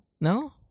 No